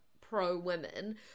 pro-women